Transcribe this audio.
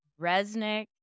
Resnick